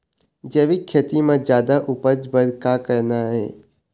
जैविक खेती म जादा उपज बर का करना ये?